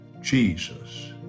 Jesus